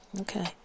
Okay